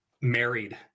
married